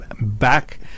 back